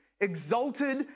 exalted